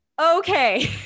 Okay